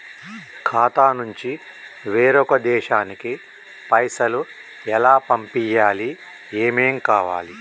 ఖాతా నుంచి వేరొక దేశానికి పైసలు ఎలా పంపియ్యాలి? ఏమేం కావాలి?